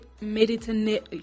Mediterranean